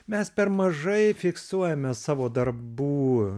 mes per mažai fiksuojame savo darbų